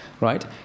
right